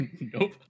Nope